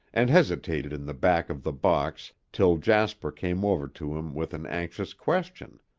and hesitated in the back of the box till jasper came over to him with an anxious question.